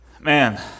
man